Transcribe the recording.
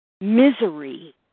misery